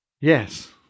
Yes